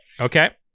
Okay